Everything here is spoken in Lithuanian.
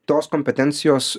tos kompetencijos